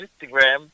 Instagram